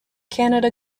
canada